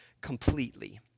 completely